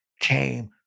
came